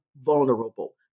vulnerable